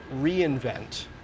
reinvent